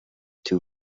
two